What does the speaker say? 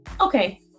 Okay